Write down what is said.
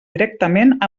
directament